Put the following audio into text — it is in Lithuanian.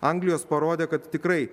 anglijos parodė kad tikrai